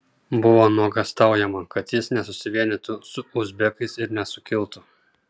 buvo nuogąstaujama kad jis nesusivienytų su uzbekais ir nesukiltų